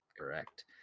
Correct